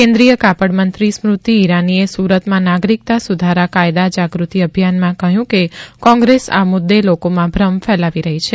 કેન્દ્રીય કાપડમંત્રી સ્મૃતિ ઇરાનીએ સુરતમાં નાગરિકતા સુધારા કાયદા જાગૃતિ અભિયાનમાં કહ્યું કે કોંગ્રેસ આ મુદ્દે લોકોમાં ભ્રમ ફેલાવી રહી છે